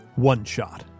OneShot